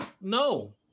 No